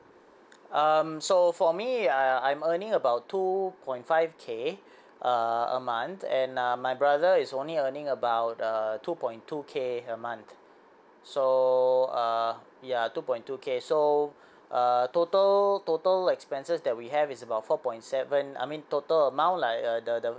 um so for me I I'm earning about two point five k ah a month and uh my brother is only earning about err two point two k a month so uh ya two point two k so err total total expenses that we have is about four point seven I mean total amount like uh the the